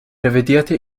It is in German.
revidierte